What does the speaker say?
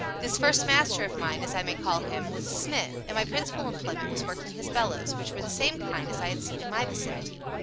this first master of mine, as i may call him, was a smith, and my principal employment was working his bellows, which were the same kind as i had seen in my vicinity.